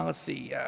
um see,